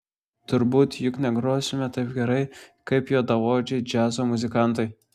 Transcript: turbūt juk negrosime taip gerai kaip juodaodžiai džiazo muzikantai